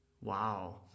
Wow